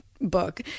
book